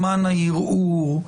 זמן הערעור,